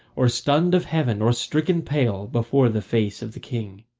or stunned of heaven, or stricken pale before the face of the king.